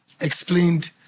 explained